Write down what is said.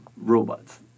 robots